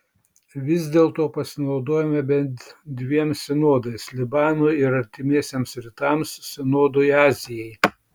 vis dėlto pasinaudojome bent dviem sinodais libanui ir artimiesiems rytams sinodui azijai